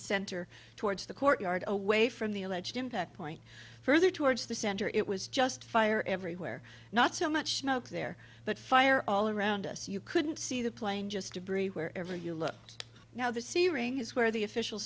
center towards the courtyard away from the alleged impact point further towards the center it was just fire everywhere not so much smoke there but fire all around us you couldn't see the plane just debris where ever you looked now the searing is where the official